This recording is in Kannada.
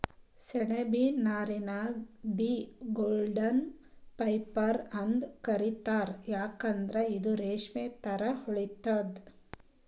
ಸೆಣಬಿನ್ ನಾರಿಗ್ ದಿ ಗೋಲ್ಡನ್ ಫೈಬರ್ ಅಂತ್ ಕರಿತಾರ್ ಯಾಕಂದ್ರ್ ಇದು ರೇಶ್ಮಿ ಥರಾ ಹೊಳಿತದ್